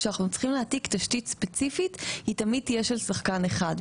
כשצריכים להעתיק תשתית ספציפית היא תמיד תהיה של שחקן אחד.